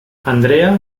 andrea